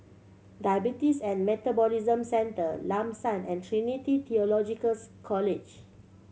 Diabetes and Metabolism Centre Lam San and Trinity Theological College